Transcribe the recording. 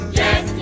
yes